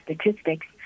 statistics